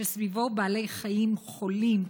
כשסביבו בעלי חיים חולים,